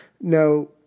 No